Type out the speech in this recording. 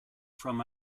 from